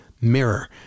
mirror